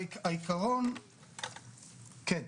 כן.